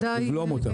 לבלום אותם.